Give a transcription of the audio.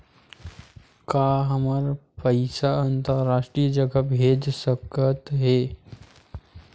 का हमर पईसा अंतरराष्ट्रीय जगह भेजा सकत हे?